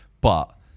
But-